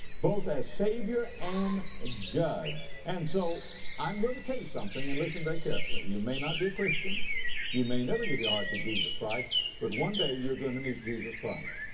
both as savior and ah judge. and so, i'm going to tell you something and listen very carefully. you may not be a christian you may never give your heart to jesus christ but one day you're going to meet jesus christ.